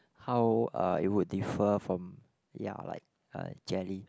how uh it would differ from ya like a jelly